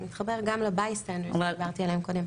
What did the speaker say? זה מתחבר גם ל-Bystanders שדיברתי עליהם קודם.